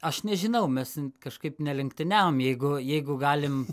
aš nežinau mes kažkaip nelenktyniavom jeigu jeigu galim